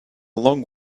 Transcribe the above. long